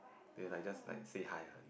they will like just like say hi lah